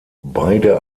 beide